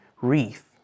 wreath